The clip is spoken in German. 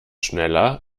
schneller